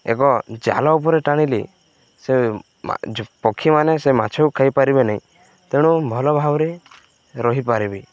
ଏକ ଜାଲ ଉପରେ ଟାଣିଲି ସେ ପକ୍ଷୀମାନେ ସେ ମାଛକୁ ଖାଇପାରିବେ ନାହିଁ ତେଣୁ ଭଲ ଭାବରେ ରହିପାରିବେ